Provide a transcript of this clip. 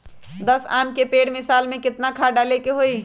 दस आम के पेड़ में साल में केतना खाद्य डाले के होई?